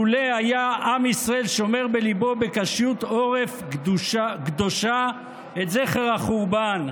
לולא היה עם ישראל שומר בליבו בקשיות עורף קדושה את זכר החורבן?"